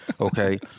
okay